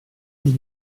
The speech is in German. die